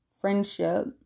friendship